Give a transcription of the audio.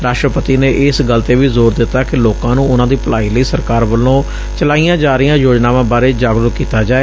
ਰਾਸਟਰਪਤੀ ਨੇ ਇਸ ਗੱਲ ਤੇ ਵੀ ਜ਼ੋਰ ਦਿੱਤਾ ਕਿ ਲੋਕਾਂ ਨੂੰ ਉਨੂਾਂ ਦੀ ਭਲਾਈ ਲਈ ਸਰਕਾਰ ਵਲੋਂ ਚਲਾਈਆਂ ਜਾ ਰਹੀਆਂ ਯੋਜਨਾਵਾਂ ਬਾਰੇ ਜਾਗਰੂਕ ਕੀਤਾ ਜਾਏ